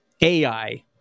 AI